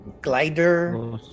glider